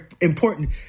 important